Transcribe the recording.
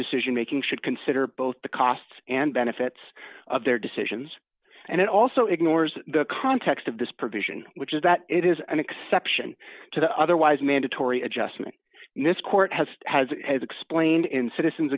decision making should consider both the costs and benefits of their decisions and it also ignores the context of this provision which is that it is an exception to the otherwise mandatory adjustment and this court has has as explained in citizens